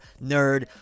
nerd